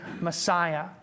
Messiah